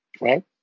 Right